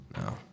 No